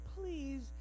please